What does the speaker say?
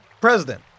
president